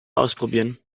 ausprobieren